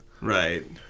right